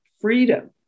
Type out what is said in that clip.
freedom